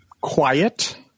quiet